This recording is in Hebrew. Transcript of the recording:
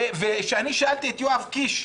כששאלתי את יואב קיש,